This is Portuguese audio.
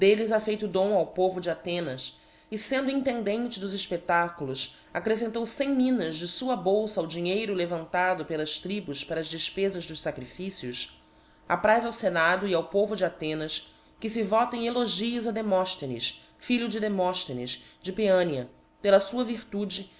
ha feito dom ao povo de athenas e fendo intendente dos efpedtaculos accrefcentou cem minas de fua bolfa ao dinheiro levantado pelas tribus para as defpezas dos facrificios apraz ao fenado e ao povo de athenas que fe votem elogios a demofthenes filho de demofthenes de paeania pela fua virtude